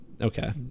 Okay